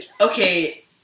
okay